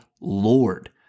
Lord